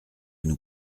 nous